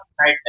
right